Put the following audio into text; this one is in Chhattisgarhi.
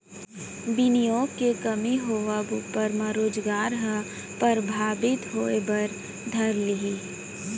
बिनियोग के कमी होवब ऊपर म रोजगार ह परभाबित होय बर धर लिही